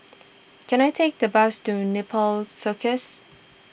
can I take the bus to Nepal Circus